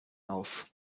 auf